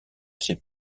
ses